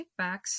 kickbacks